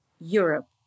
Europe